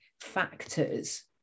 factors